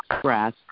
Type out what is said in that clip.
grass